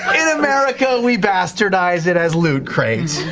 in america we bastardize it as loot crate,